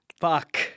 Fuck